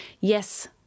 yes